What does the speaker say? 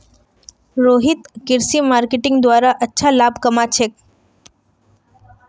रोहित कृषि मार्केटिंगेर द्वारे अच्छा लाभ कमा छेक